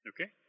Okay